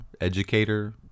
educator